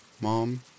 Mom